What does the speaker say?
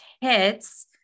hits